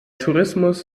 tourismus